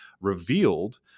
revealed